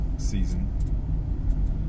Season